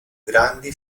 grandi